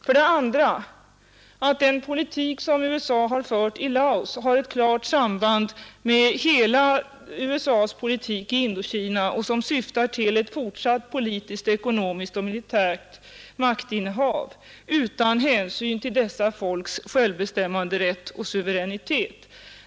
För det andra framgår att den politik som USA fört i Laos har klart samband med hela den amerikanska politiken i Indokina vilken syftar till ett fortsatt politiskt, ekonomiskt och militärt maktinnehav utan hänsyn till dessa folks självbestämmanderätt och suveränitet.